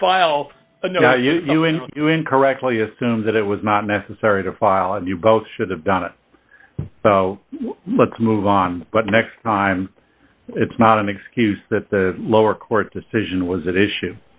to file for you incorrectly assume that it was not necessary to file and you both should have done it let's move on but next time it's not an excuse that the lower court decision was that issue